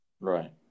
right